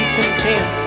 content